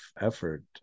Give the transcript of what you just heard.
effort